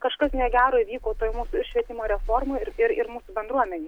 kažkas negero įvyko toj mūsų ir švietimo reformoj ir ir mūsų bendruomenėj